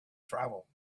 travel